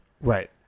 Right